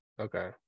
Okay